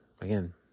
again